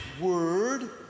word